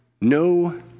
No